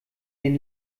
den